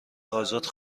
ازاد